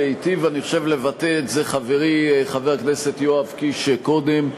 היטיב לבטא את זה חברי יואב קיש קודם.